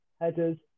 headers